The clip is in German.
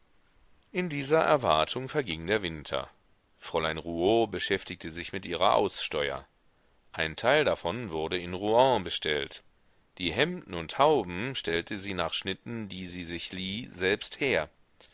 in dieser erwartung verging der winter fräulein rouault beschäftigte sich mit ihrer aussteuer ein teil davon wurde in rouen bestellt die hemden und hauben stellte sie nach schnitten die sie sich lieh selbst her